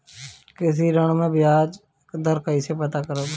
कृषि ऋण में बयाज दर कइसे पता करब?